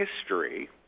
history